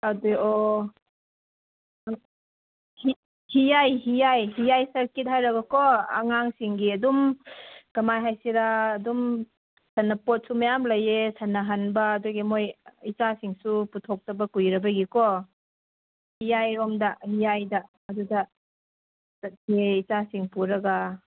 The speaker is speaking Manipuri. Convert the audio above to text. ꯑꯗꯨ ꯑꯣ ꯍꯤꯌꯥꯏ ꯍꯤꯌꯥꯏ ꯁꯔ꯭ꯁꯀꯤꯠ ꯍꯥꯏꯔꯒ ꯀꯣ ꯑꯉꯥꯡꯁꯤꯡꯒꯤ ꯑꯗꯨꯝ ꯀꯃꯥꯏ ꯍꯥꯏꯁꯤꯔ ꯑꯗꯨꯝ ꯁꯥꯟꯅꯄꯣꯠꯁꯨ ꯃꯌꯥꯝ ꯂꯩꯌꯦ ꯁꯥꯟꯅꯍꯟꯕ ꯑꯗꯨꯒꯤ ꯃꯣꯏ ꯏꯆꯥꯁꯤꯡꯁꯨ ꯄꯨꯊꯣꯛꯇꯕ ꯀꯨꯏꯔꯕꯒꯤ ꯀꯣ ꯍꯤꯌꯥꯏꯔꯣꯝꯗ ꯍꯤꯌꯥꯏꯗ ꯑꯗꯨꯗ ꯆꯠꯁꯦ ꯏꯆꯥꯁꯤꯡ ꯄꯨꯔꯒ